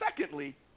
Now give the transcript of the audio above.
secondly